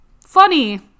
funny